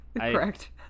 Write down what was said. Correct